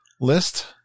list